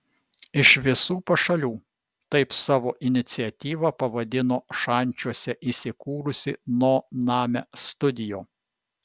iš visų pašalių taip savo iniciatyvą pavadino šančiuose įsikūrusi no name studio